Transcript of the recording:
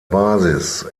basis